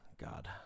God